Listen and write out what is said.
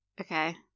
Okay